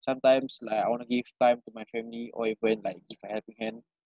sometimes like I want to give time to my family or if when like I give a helping hand